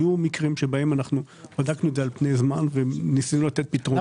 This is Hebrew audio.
היו מקרים שבהם בדקנו את זה על פני זמן וניסינו לתת פתרונות.